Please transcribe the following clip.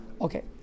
Okay